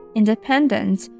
independence